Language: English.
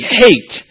hate